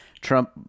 Trump